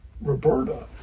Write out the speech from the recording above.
Roberta